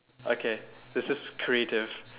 okay this is creative